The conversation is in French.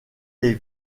les